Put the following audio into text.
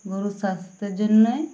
গরুর স্বাস্থ্যের জন্যে